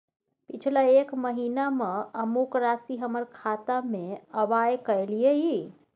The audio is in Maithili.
पिछला एक महीना म अमुक राशि हमर खाता में आबय कैलियै इ?